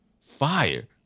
fire